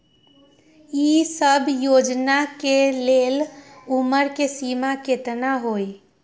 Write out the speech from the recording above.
ई सब योजना के लेल उमर के सीमा केतना हई?